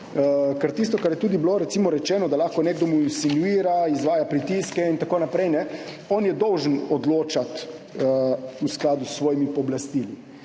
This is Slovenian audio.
Ker tisto, kar je bilo recimo tudi rečeno, da mu lahko nekdo insinuira, izvaja pritiske in tako naprej, on je dolžan odločati v skladu s svojimi pooblastili.